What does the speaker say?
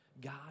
God